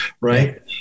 right